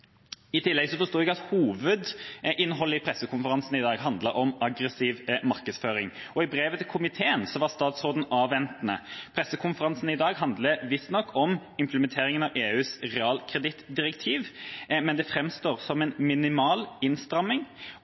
I tillegg forsto jeg at hovedinnholdet i pressekonferansen i dag handlet om aggressiv markedsføring. I brevet til komiteen var statsråden avventende. Pressekonferansen i dag handlet visstnok om implementeringen av EUs realkredittdirektiv, men det framstår som en minimal innstramming,